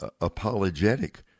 apologetic